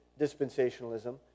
dispensationalism